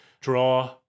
draw